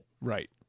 Right